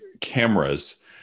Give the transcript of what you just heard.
cameras